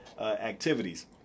activities